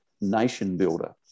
nation-builder